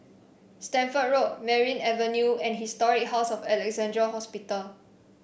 Stamford Road Merryn Avenue and Historic House of Alexandra Hospital